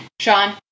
Sean